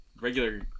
Regular